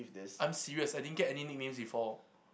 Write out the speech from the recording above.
I'm serious I didn't get any nickname before